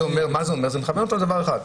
זה מכוון אותנו לדבר אחד: